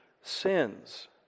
sins